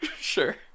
Sure